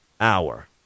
hour